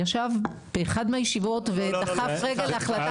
ישב באחת מהישיבות ודחף רגל להחלטת